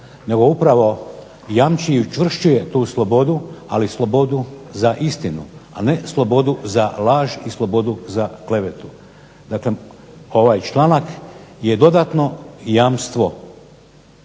upravo jamči, učvršćuje tu slobodu ali slobodu za istinu a ne slobodu za laž i slobodu za klevetu. Dakle, ovaj članak je dodatno jamstvo